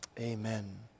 Amen